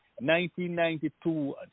1992